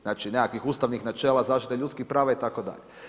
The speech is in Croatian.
Znači nekakvih ustavnih načela, zaštite ljudskih prava itd.